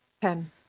Ten